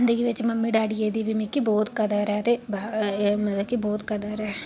जिंदगी बिच मम्मी डैडी'ये दी बी मिगी बहुत कदर ऐ ते ब मतलब कि बहुत कदर ऐ